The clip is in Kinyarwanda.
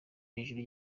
hejuru